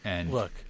Look